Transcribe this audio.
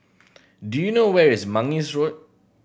do you know where is Mangis Road